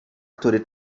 który